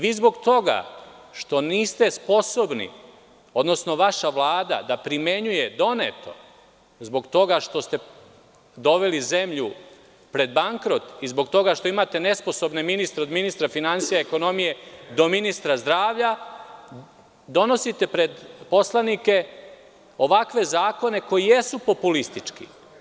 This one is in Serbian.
Vi zbog toga što niste sposobni, odnosno vaša Vlada da primenjuje doneto, zbog toga što ste doveli zemlju pred bankrot i zbog toga što imate nesposobne ministre, od ministra finansija, ekonomije, do ministra zdravlja, donosite pred poslanike ovakve zakone koji jesu populistički.